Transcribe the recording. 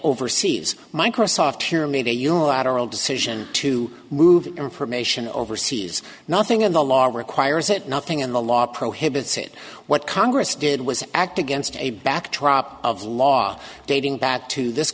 overseas microsoft here made a unilateral decision to move information overseas nothing in the law requires it nothing in the law prohibits it what congress did was act against a backdrop of law dating back to this